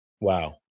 Wow